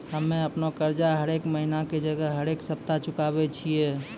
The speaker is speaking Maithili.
हम्मे अपनो कर्जा हरेक महिना के जगह हरेक सप्ताह चुकाबै छियै